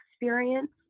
experience